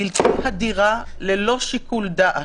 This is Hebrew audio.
בלתי הדירה, ללא שיקול דעת,